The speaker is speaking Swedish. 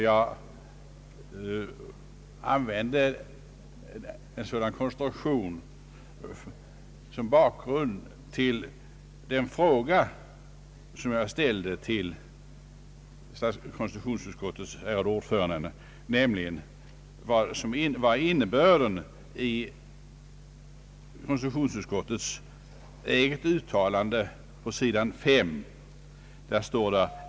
Jag använde en sådan konstruktion endast som bakgrund till den fråga som jag ställde till konstitutionsutskottets ordförande, nämligen vad som var innebörden i konstitutionsutskottets eget uttalande på sidan 5 i utlåtandet.